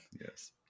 Yes